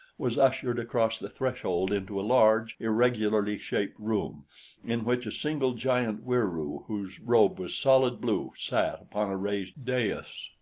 was ushered across the threshold into a large, irregularly shaped room in which a single, giant wieroo whose robe was solid blue sat upon a raised dais.